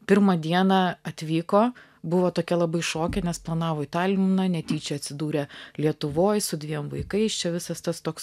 pirmą dieną atvyko buvo tokia labai šoke nes planavo į taliną netyčia atsidūrė lietuvoj su dviem vaikais čia visas tas toks